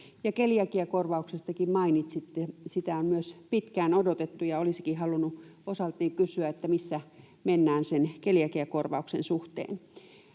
keliakiakorvauksestakin mainitsitte. Myös sitä on pitkään odotettu, ja olisinkin halunnut osaltani kysyä: missä mennään sen keliakiakorvauksen suhteen?